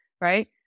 right